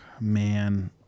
Man